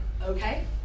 okay